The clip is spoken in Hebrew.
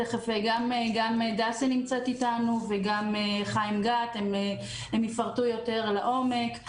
גם דסי נמצאת אתנו, וגם חיים גת, הם יפרטו לעומק.